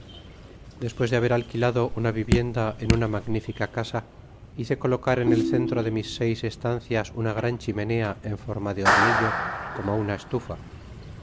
despues de haber alquilado una vivienda en una magnifica casa hice colocar en el centro de mis seis estancias una gran chimenea en forma de hornillo como una estufa